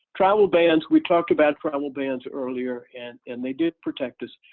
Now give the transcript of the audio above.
travel bans, we talk about travel bans earlier and and they did protect us,